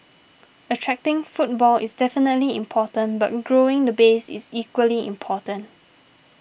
attracting footfall is definitely important but growing the base is equally important